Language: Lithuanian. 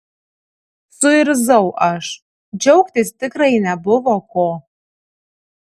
suirzau aš džiaugtis tikrai nebuvo ko